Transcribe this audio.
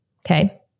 Okay